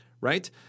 right